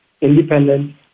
independent